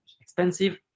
expensive